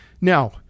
Now